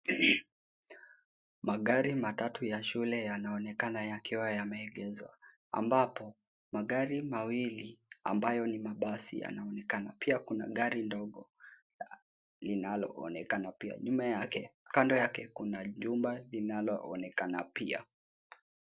Magari matatu ya shule yanaonekana yakiwa yameegezwa, ambapo magari mawili ambayo ni mabasi yanaonekana. Pia kuna gari ndogo, linaloonekana pia. Nyuma yake, kando yake kuna jumba linaloonekana pia.